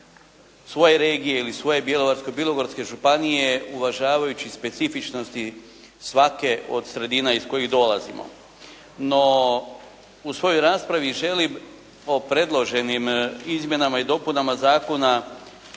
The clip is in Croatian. svoje regije ili svoje Bjelovarsko-bilogorske županije uvažavajući specifičnosti svake od sredina iz kojih dolazimo. No, u svojoj raspravi želim o predloženim Izmjenama i dopunama zakona